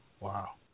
Wow